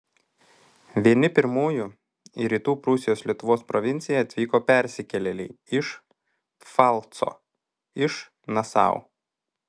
vieni pirmųjų į rytų prūsijos lietuvos provinciją atvyko persikėlėliai iš pfalco iš nasau